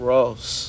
Ross